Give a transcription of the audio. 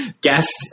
guest